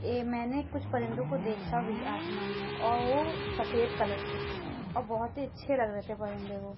یہ میں نے کچھ پرندوں کو دیکھا بھی آسمان میں اور وہ سفید کلر کے تھے اور بہت ہی اچھے لگ رہے تھے پرندے وہ